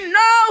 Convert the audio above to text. no